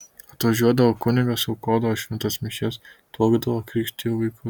atvažiuodavo kunigas aukodavo šventas mišias tuokdavo krikštijo vaikus